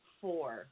four